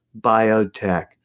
biotech